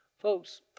Folks